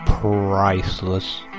priceless